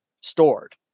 stored